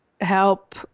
help